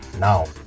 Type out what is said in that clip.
Now